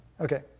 Okay